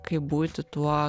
kaip būti tuo